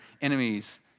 enemies